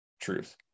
truth